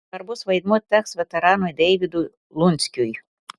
svarbus vaidmuo teks veteranui deivydui lunskiui